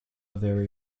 very